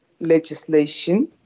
legislation